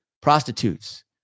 prostitutes